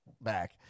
back